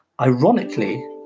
Ironically